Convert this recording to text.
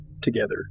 together